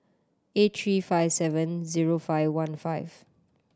eight three five seven zero five one five